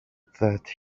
that